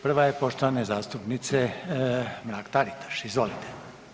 Prva je poštovane zastupnice Mrak-Taritaš, izvolite.